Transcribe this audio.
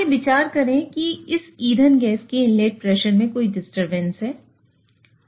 आइए विचार करें कि इस ईंधन गैस के इनलेट प्रेशर में कोई डिस्टरबेंसहै